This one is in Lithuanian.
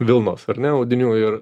vilnos ar ne audinių ir